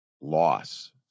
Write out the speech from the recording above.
loss